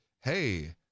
hey